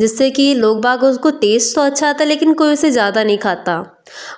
जिससे कि लोग बाग उसको टेस्ट तो अच्छा आता लेकिन कोई उसे ज़्यादा नहीं खाता